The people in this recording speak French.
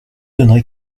donnerai